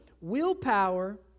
willpower